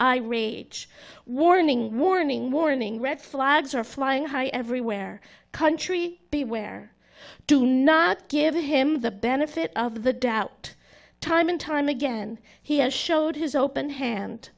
warning warning warning red flags are flying high everywhere country beware do not give him the benefit of the doubt time and time again he has showed his open hand